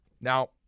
Now